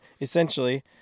essentially